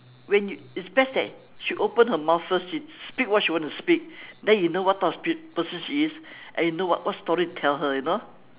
when it's best that she open her mouth first she speak what she want to speak then you know what type of pe~ person she is and you know what what story to tell her you know